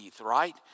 right